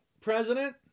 president